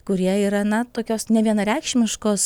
kurie yra na tokios nevienareikšmiškos